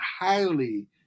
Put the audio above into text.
highly